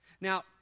Now